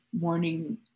morning